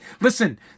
listen